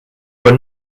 were